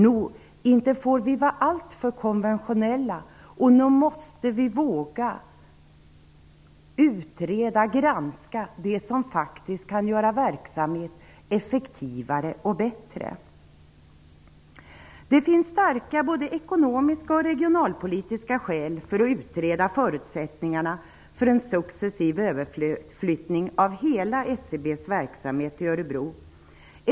Vi får inte vara alltför konventionella, och nog måste vi våga utreda och granska vad som kan göra en verksamhet effektivare och bättre. Det finns både starka ekonomiska och starka regionalpolitiska skäl att utreda förutsättningarna för en successiv överflyttning av hela SCB:s verksamhet till Örebro.